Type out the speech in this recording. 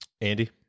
Andy